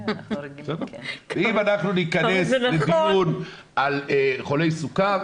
אם ניכנס לדיון על חולי סכרת,